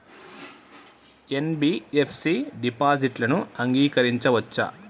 NBFC డిపాజిట్లను అంగీకరించవచ్చా?